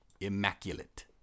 Immaculate